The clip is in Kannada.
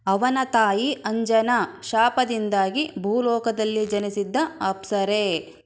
ಅವನ ತಾಯಿ ಅಂಜನಾ ಶಾಪದಿಂದಾಗಿ ಭೂಲೋಕದಲ್ಲಿ ಜನಿಸಿದ್ದ ಅಪ್ಸರೆ